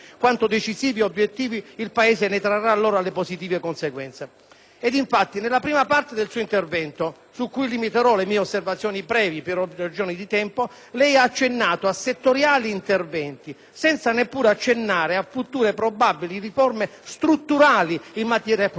Infatti, nella prima parte del suo intervento, su cui limiterò le mie osservazioni, brevi per ragioni di tempo, lei ha accennato a settoriali interventi senza neppure accennare a future, probabili riforme strutturali in materia informatica. È a questo proposito che io credo lei abbia perduto una grande occasione